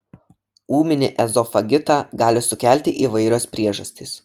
ūminį ezofagitą gali sukelti įvairios priežastys